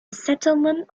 settlement